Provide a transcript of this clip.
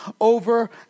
over